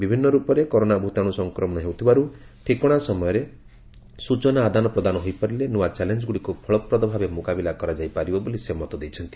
ବିଭିନ୍ନ ରୂପରେ କରୋନା ଭୁତାଣୁ ସଂକ୍ରମଣ ହେଉଥିବାରୁ ଠିକଣା ସମୟରେ ସୂଚନା ଆଦାନପ୍ରଦାନ ହୋଇପାରିଲେ ନୂଆ ଚ୍ୟାଲେଞ୍ଜ ଗୁଡ଼ିକୁ ଫଳପ୍ରଦ ଭାବେ ମୁକାବିଲା କରାଯାଇ ପାରିବ ବୋଲି ସେ ମତ ଦେଇଛନ୍ତି